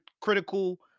critical